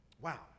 Wow